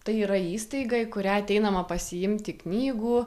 tai yra įstaigai kurią ateinama pasiimti knygų